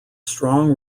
strong